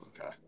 Okay